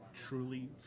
truly